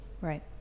right